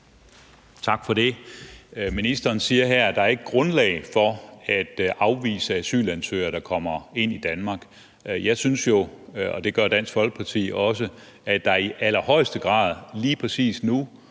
Tak for det. Ministeren siger her, at der ikke er grundlag for at afvise asylansøgere, der kommer ind i Danmark. Jeg synes jo, og det gør Dansk Folkeparti også, at der i allerhøjeste grad lige præcis nu,